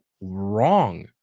wrong